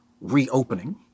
reopening